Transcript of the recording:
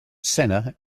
sena